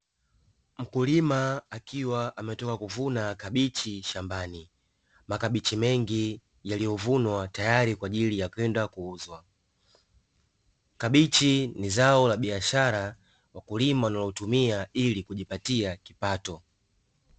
Mkulima akiwa ametoka kuvuna kabichi shambani, makabichi mengi yaliyovunwa tayari kwa kwenda kuuzwa. Kabichi ni zao la biashara wakulima wanalotumia ili kujipatia kipato.